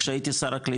כשהייתי שר הקליטה,